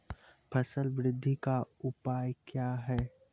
फसल बृद्धि का उपाय क्या हैं?